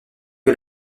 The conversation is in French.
que